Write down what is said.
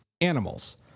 animals